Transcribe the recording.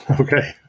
Okay